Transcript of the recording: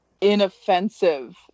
inoffensive